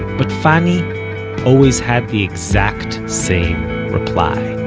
but fanny always had the exact same reply